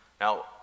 Now